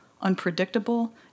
unpredictable